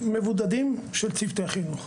מבודדים של צוותי החינוך.